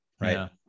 Right